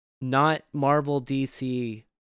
not-Marvel-DC